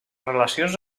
relacions